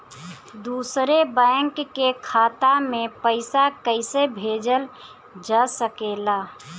दूसरे बैंक के खाता में पइसा कइसे भेजल जा सके ला?